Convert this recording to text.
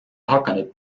hakanud